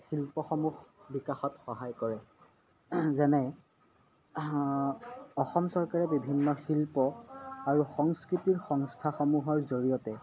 শিল্পসমূহ বিকাশত সহায় কৰে যেনে অসম চৰকাৰে বিভিন্ন শিল্প আৰু সংস্কৃতিৰ সংস্থাসমূহৰ জৰিয়তে